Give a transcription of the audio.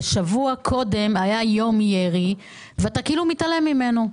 שבוע קודם היה יום ירי, ואתה כאילו מתעלם ממנו.